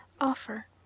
offer